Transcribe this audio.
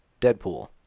Deadpool